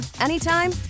anytime